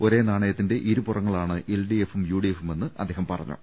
ഒരേ നാണയത്തിന്റെ ഇരുപുറങ്ങളാണ് എൽ ഡി എഫും യു ഡി എഫും എന്ന് അദ്ദേഹം പറഞ്ഞു